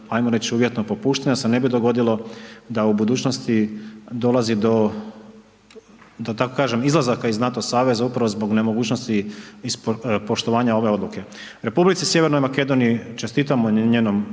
ajmo reći uvjetnog popuštanja da se ne bi dogodilo da u budućnosti dolazi do da tako kažem, izlazaka iz NATO saveza upravo zbog nemogućnosti i zbog poštovanja ove odluke. Republici Sjevernoj Makedoniji čestitamo na njenom